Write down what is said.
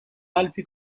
alpi